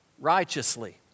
righteously